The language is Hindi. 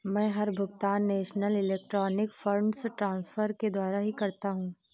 मै हर भुगतान नेशनल इलेक्ट्रॉनिक फंड्स ट्रान्सफर के द्वारा ही करता हूँ